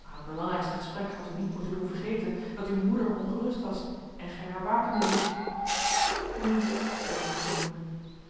maar het belangrijkste gesprek had u niet moeten doen vergeten dat uw moeder ongerust was en gij haar wakende hieldt nu zeide die goede moeder